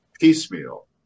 piecemeal